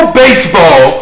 baseball